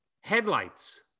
Headlights